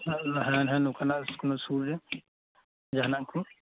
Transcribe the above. ᱦᱮᱸ ᱦᱮᱸ ᱱᱚᱝᱠᱟᱱᱟᱜ ᱠᱳᱱᱳ ᱥᱩᱨ ᱨᱮ ᱡᱟᱦᱟᱱᱟᱜ ᱠᱚ